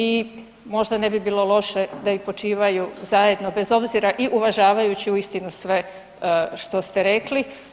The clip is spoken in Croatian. I možda ne bi bilo loše da počivaju zajedno bez obzira i uvažavajući uistinu sve što ste rekli.